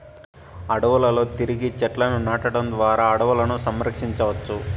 అడవులలో తిరిగి చెట్లను నాటడం ద్వారా అడవులను సంరక్షించవచ్చు